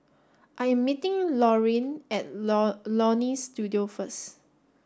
I am meeting Laurene at Leonie Studio first